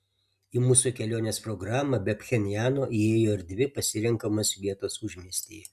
į mūsų kelionės programą be pchenjano įėjo ir dvi pasirenkamos vietos užmiestyje